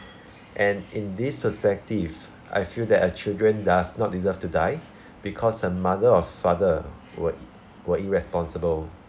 and in this perspective I feel that a children does not deserve to die because her mother or father were were irresponsible